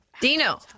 Dino